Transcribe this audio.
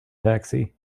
taxi